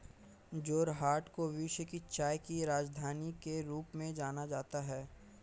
जोरहाट को विश्व की चाय की राजधानी के रूप में जाना जाता है